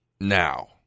now